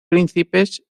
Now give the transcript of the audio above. príncipes